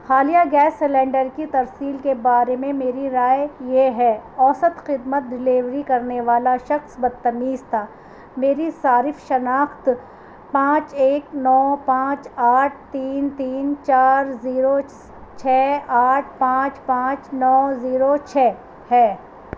حالیہ gas cylinder کی ترسیل کے بارے میں میری رائے یہ ہے اوسط خدمت ڈیلیوری کرنے والا شخص بدتمیز تھا میری صارف شناخت پانچ ایک نو پانچ آٹھ تین تین چار زیرو چھ آٹھ پانچ پانچ نو زیرو چھ ہے